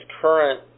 current